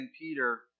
Peter